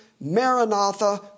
Maranatha